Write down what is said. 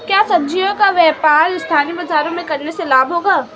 क्या सब्ज़ियों का व्यापार स्थानीय बाज़ारों में करने से लाभ होगा?